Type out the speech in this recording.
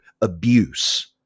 abuse